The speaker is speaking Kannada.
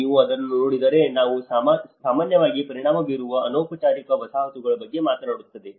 ಮತ್ತು ನೀವು ಅದನ್ನು ನೋಡಿದರೆ ಇದು ಸಾಮಾನ್ಯವಾಗಿ ಪರಿಣಾಮ ಬೀರುವ ಅನೌಪಚಾರಿಕ ವಸಾಹತುಗಳ ಬಗ್ಗೆ ಮಾತನಾಡುತ್ತದೆ